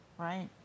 Right